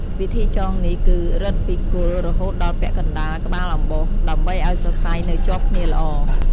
វិធីចងនេះគឺ រឹតពីគល់រហូតដល់ពាក់កណ្ដាលក្បាលអំបោស ដើម្បីឲ្យសរសៃនៅជាប់គ្នាល្អ។